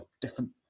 different